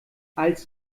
als